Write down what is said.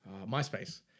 Myspace